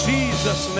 Jesus